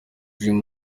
dream